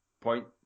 point